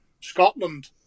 Scotland